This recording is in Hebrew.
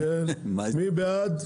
מי בעד?